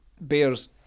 Bears